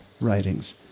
writings